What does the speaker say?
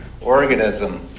organism